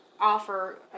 offer